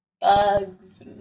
bugs